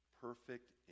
perfect